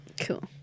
Cool